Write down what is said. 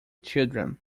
children